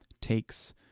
takes